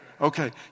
Okay